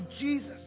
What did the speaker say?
Jesus